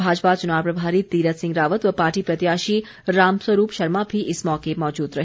भाजपा चुनाव प्रभारी तीरथ सिंह रावत व पार्टी प्रत्याशी रामस्वरूप शर्मा भी इस मौके माजूद रहे